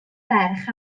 ferch